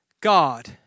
God